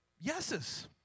yeses